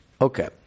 Okay